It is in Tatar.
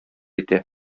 итә